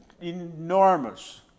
enormous